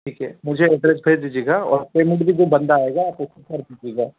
ठीक है मुझे एड्रेस भेज दीजिएगा और पेमेंट भी जो बंदा आएगा आप उसको कर दीजिएगा